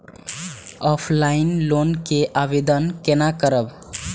Offline loan के आवेदन केना करब?